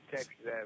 Texas